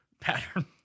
pattern